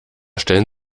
stellen